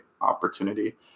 opportunity